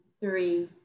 three